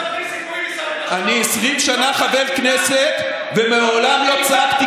אני 20 שנה חבר כנסת ומעולם לא צעקתי